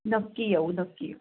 नक्की येऊ नक्की येऊ